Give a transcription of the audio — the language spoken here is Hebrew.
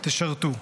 תשרתו.